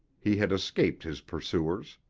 he had escaped his pursuers.